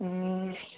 ಹ್ಞೂ